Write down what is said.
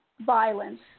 violence